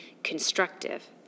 Constructive